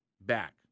back